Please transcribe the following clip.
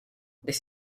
this